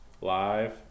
live